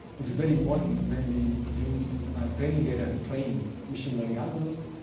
which is very important when we use training data to train machine learning algorithms.